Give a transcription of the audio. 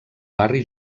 barri